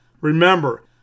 Remember